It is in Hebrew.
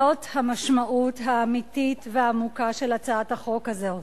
זאת המשמעות האמיתית והעמוקה של הצעת החוק הזאת.